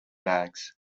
bags